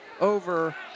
over